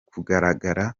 kugaragara